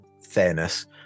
fairness